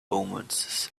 omens